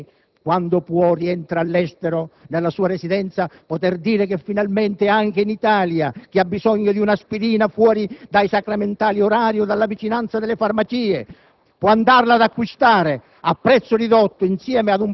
non è soddisfazione da poco poter dire, per chi come me, quando può, rientra all'estero nella sua residenza, che finalmente anche in Italia chi ha bisogno di un'aspirina fuori dai sacramentali orari o dalla vicinanza delle farmacie